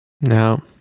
no